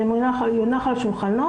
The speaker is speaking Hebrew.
זה יונח על שולחנו.